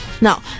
Now